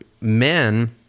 men